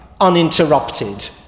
uninterrupted